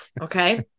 okay